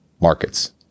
markets